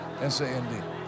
S-A-N-D